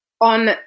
on